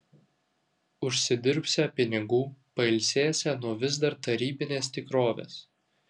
užsidirbsią pinigų pailsėsią nuo vis dar tarybinės tikrovės